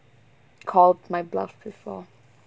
called my bluff before